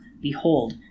Behold